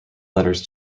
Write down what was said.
letters